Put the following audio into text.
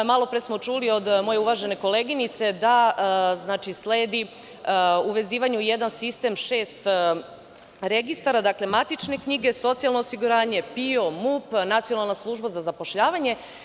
Malopre smo čuli od moje uvažene koleginice da sledi uvezivanje u jedan sistem šest registara; matične knjige, socijalno osiguranje, PIO, MUP, Nacionalna služba za zapošljavanje.